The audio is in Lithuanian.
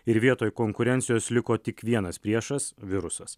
ir vietoj konkurencijos liko tik vienas priešas virusas